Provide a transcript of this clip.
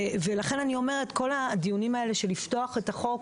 ולכן אני אומרת שכל הדיונים האלה של פתיחת החוק,